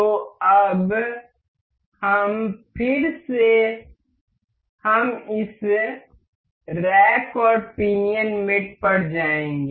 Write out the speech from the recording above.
तो अब फिर से हम इस रैक और पिनियन मेट पर जाएंगे